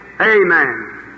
Amen